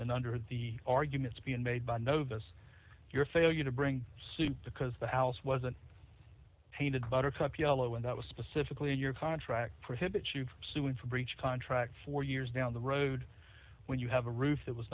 and under the arguments being made by notice your failure to bring suit because the house wasn't painted buttercup yellow and that was specifically your contract prohibits you from suing for breach of contract for years down the road when you have a roof that was